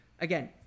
again